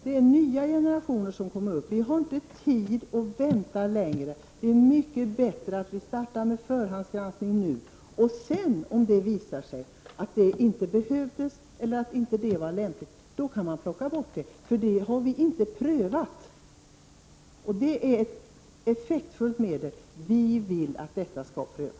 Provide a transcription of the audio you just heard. Det är nya generationer som kommer, och vi har inte tid att vänta längre. Det är mycket bättre att vi startar med förhandsgranskningen nu. Om det sedan visar sig att den inte behövs, eller inte är lämplig, då kan man plocka bort den. Förhandsgranskning är ett effektfullt medel som vi inte har prövat, och vi vill att det skall prövas.